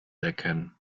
erkennen